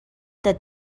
that